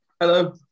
hello